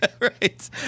right